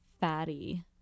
fatty